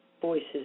voices